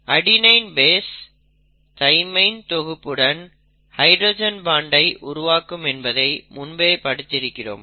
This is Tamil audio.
அடெனின் பேஸ் தைமைன் தொகுப்புடன் ஹைட்ரஜன் பான்ட் ஐ உருவாக்கும் என்பதை முன்பே படித்து இருக்கிறோம்